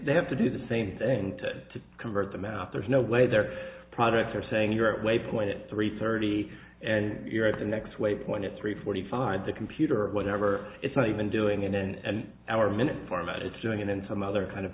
they have to do the same thing to convert them out there's no way their products are saying your way point it three thirty and you're at the next waypoint at three forty five the computer or whatever it's not even doing it and our minute format it's doing it in some other kind of